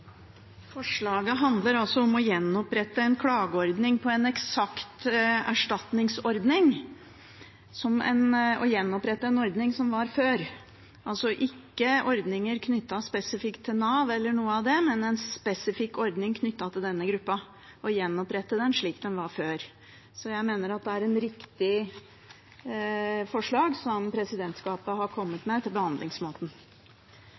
Forslaget handler om å gjenopprette en klageordning i en eksakt erstatningsordning – gjenopprette en ordning som man hadde før. Det handler ikke om ordninger knyttet spesifikt til Nav eller andre, men om en spesifikk ordning knyttet til denne gruppen og gjenopprette den slik den var før. Jeg mener at det er et riktig forslag til behandlingsmåte presidentskapet har kommet